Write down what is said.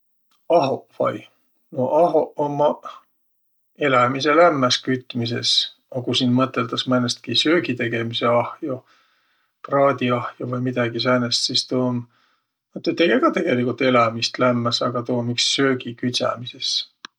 Ahoq vai? No ahoq ummaq elämise lämmäs kütmises. A ku siin mõtõldas määnestki söögitegemise ahjo, praadiahjo vai midägi säänest, sis tuu um, tuu tege ka tegeligult elämist lämmäs, aga tuu um iks söögi küdsämises.